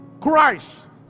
Christ